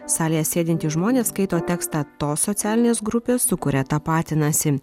salėje sėdintys žmonės skaito tekstą tos socialinės grupės su kuria tapatinasi